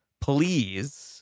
please